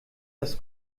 das